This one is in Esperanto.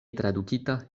tradukita